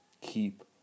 Keep